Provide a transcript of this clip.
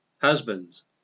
Husbands